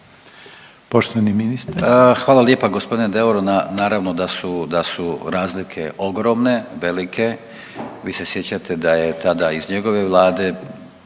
Gordan (HDZ)** Hvala lijepa gospodine Deur. Naravno da su, da su razlike ogromne, velike. Vi se sjećate da je tada iz njegove vlade